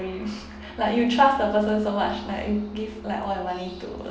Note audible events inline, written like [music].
[laughs] like you trust the person so much that you give like all your money to